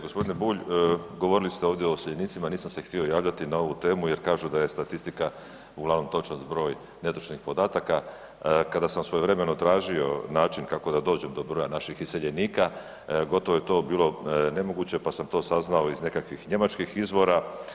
Gospodine Bulj govorili ste ovdje o iseljenicima nisam se htio javljati na ovu temu jer kažu da je statistika uglavnom točan zbroj netočnih podataka, kada sam svojevremeno tražio način kako da dođem do broja naših iseljenika gotovo je to bilo nemoguće pa sam to saznao iz nekakvih njemačkih izvora.